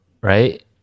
right